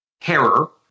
terror